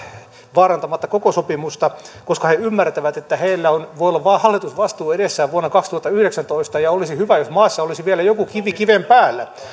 vaarantamatta koko sopimusta koska he ymmärtävät että heillä voi olla hallitusvastuu edessään vuonna kaksituhattayhdeksäntoista ja olisi hyvä jos maassa olisi vielä joku kivi kiven päällä